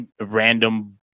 random